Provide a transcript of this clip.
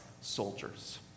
soldiers